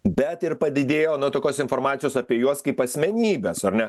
bet ir padidėjo na tokios informacijos apie juos kaip asmenybes ar ne